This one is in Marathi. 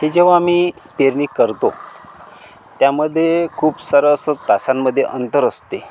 ते जेव्हा आम्ही पेरणी करतो त्यामध्ये खूप सरस तासांमध्ये अंतर असते